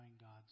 God's